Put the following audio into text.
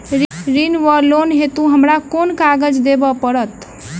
ऋण वा लोन हेतु हमरा केँ कागज देबै पड़त?